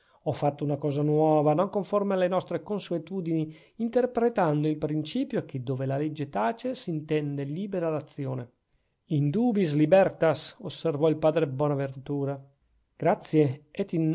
ho fatto una cosa nuova non conforme alle nostre consuetudini interpretando il principio che dove la legge tace s'intende libera l'azione in dubiis libertas osservò il padre bonaventura grazie